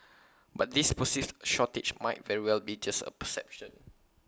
but this perceived shortage might very well be just A perception